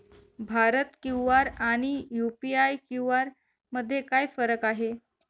Bharat QR आणि UPI QR मध्ये काय फरक आहे?